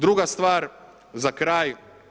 Druga stvar za kraj.